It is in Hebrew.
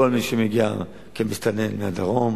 כל מי שמגיע כמסתנן מהדרום,